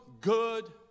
good